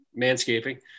manscaping